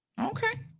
Okay